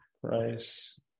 price